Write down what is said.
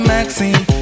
Maxine